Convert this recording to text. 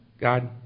God